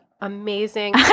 amazing